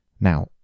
Now